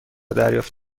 دریافت